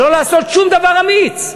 לא לעשות שום דבר אמיץ.